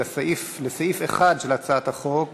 לסעיף 1 של הצעת החוק